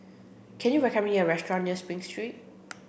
can you recommend me a restaurant near Spring Street